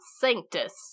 Sanctus